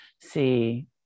see